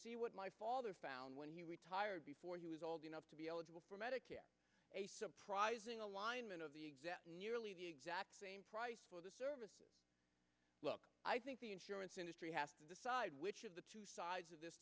what my father found when he retired before he was old enough to be eligible for medicare a surprising alignment of the nearly the exact same service look i think the insurance industry has to decide which of the two sides of this